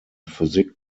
physik